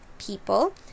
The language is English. people